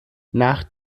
nach